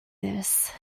this